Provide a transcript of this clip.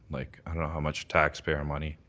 like, i don't know how much taxpayer money.